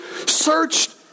searched